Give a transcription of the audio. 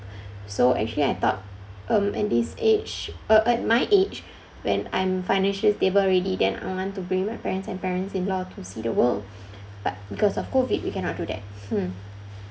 so actually I thought um at this age uh uh my age when I'm financially stable already then I want to bring my parents and parents in law to see the world but because of COVID we cannot do that hmm